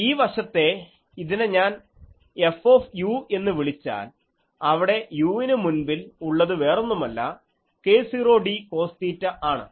ഈ വശത്തെ ഇതിനെ ഞാൻ F എന്ന് വിളിച്ചാൽ അവിടെ u ന് മുൻപിൽ ഉള്ളത് വേറൊന്നുമല്ല k0d കോസ് തീറ്റ ആണ്